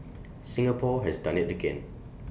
Singapore has done IT again